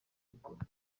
gukora